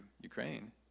Ukraine